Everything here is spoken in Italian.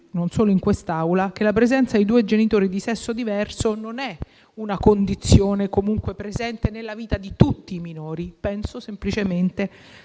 non solo in quest'Aula, che la presenza di due genitori di sesso diverso non è una condizione comunque presente nella vita di tutti i minori. Penso semplicemente,